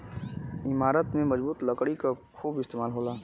इमारत में मजबूत लकड़ी क खूब इस्तेमाल होला